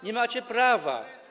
Nie macie prawa.